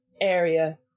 area